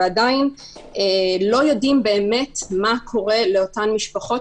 ועדיין לא יודעים באמת מה קורה לאותן משפחות,